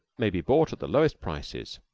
may be bought at the lowest prices,